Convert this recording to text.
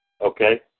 Okay